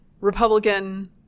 Republican